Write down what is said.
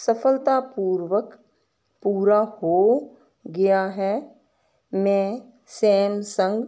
ਸਫਲਤਾਪੂਰਵਕ ਪੂਰਾ ਹੋ ਗਿਆ ਹੈ ਮੈਂ ਸੈਮਸੰਗ